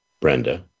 Brenda